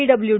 W